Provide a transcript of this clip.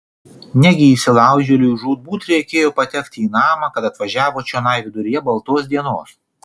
negi įsilaužėliui žūtbūt reikėjo patekti į namą kad atvažiavo čionai viduryje baltos dienos